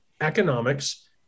economics